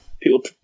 people